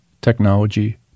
Technology